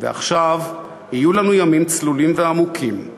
ועכשיו יהיו לנו ימים צלולים ועמוקים /